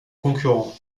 concurrent